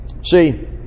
See